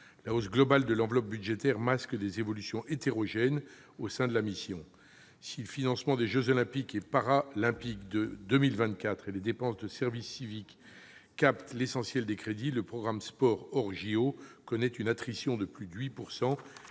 La hausse globale de l'enveloppe budgétaire masque des évolutions hétérogènes au sein de la mission. Si le financement des jeux Olympiques et Paralympiques de 2024 et les dépenses du service civique captent l'essentiel des crédits, le programme sport, hors jeux Olympiques, connaît une attrition de plus de 8